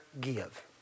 give